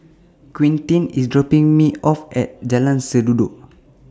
Quinten IS dropping Me off At Jalan Sendudok